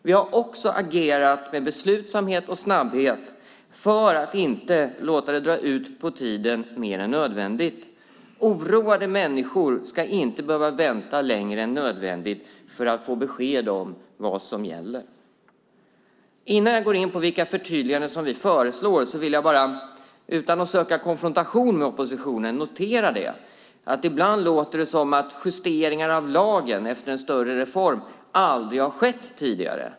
Vi har också agerat med beslutsamhet och snabbhet för att inte låta det dra ut på tiden mer än nödvändigt. Oroade människor ska inte behöva vänta längre än nödvändigt för att få besked om vad som gäller. Innan jag går in på vilka förtydliganden som vi föreslår vill jag bara, utan att söka konfrontation med oppositionen, notera att det ibland låter som att justeringar av lagen efter en större reform aldrig har skett tidigare.